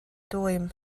dwym